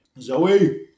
Zoe